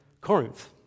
Corinth